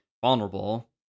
vulnerable